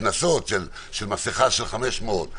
קנסות על מסכה של 500,